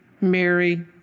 Mary